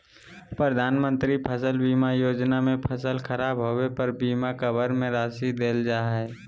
प्रधानमंत्री फसल बीमा योजना में फसल खराब होबे पर बीमा कवर में राशि देल जा हइ